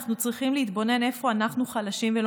אנחנו צריכים להתבונן איפה אנחנו חלשים ולא